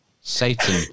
Satan